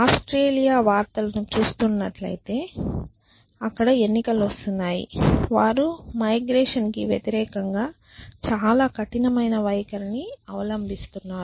Australia వార్తలను చూస్తున్నట్లైతే అక్కడ ఎన్నికలు వస్తున్నాయి వారు మైగ్రేషన్ కి వ్యతిరేకంగా చాలా కఠినమైన వైఖరిని అవలంబిస్తున్నారు